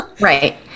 Right